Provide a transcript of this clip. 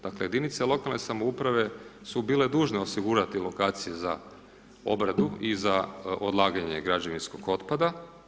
Dakle, jedinice lokalne samouprave su bile dužne osigurati lokacije za obradu i za odlaganje građevinskog otpada.